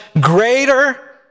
greater